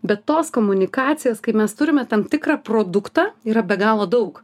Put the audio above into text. bet tos komunikacijos kai mes turime tam tikrą produktą yra be galo daug